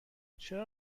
چرا